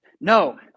No